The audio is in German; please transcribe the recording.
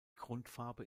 grundfarbe